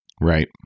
Right